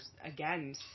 again